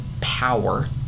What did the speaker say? power